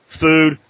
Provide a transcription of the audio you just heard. food